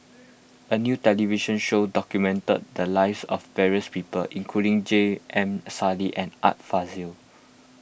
a new television show documented the lives of various people including J M Sali and Art Fazil